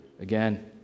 again